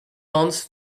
months